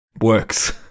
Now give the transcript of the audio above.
works